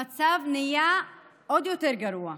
המצב נהיה עוד יותר גרוע.